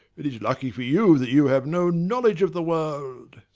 it is lucky for you that you have no knowledge of the world!